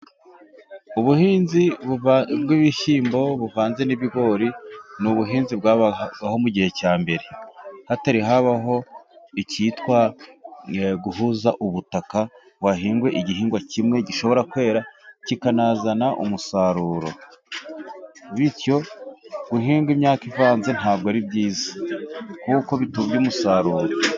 Ubuhinzi bw'ibishyimbo buvanze n'ibigori ni ubuhinzi bwabagaho mu gihe cya mbere, hatari habaho icyitwa guhuza ubutaka ngo hahingwe igihingwa kimwe, gishobora kwera kikanazana umusaruro, bityo guhinga imyaka ivanze ntabwo ari byiza kuko bitubya umusaruro.